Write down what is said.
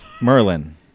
Merlin